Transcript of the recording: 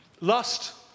lust